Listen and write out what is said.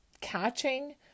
catching